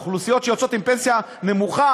האוכלוסיות שיוצאות עם פנסיה נמוכה,